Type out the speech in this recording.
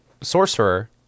Sorcerer